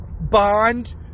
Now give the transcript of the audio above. bond